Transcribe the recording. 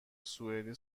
سوئدی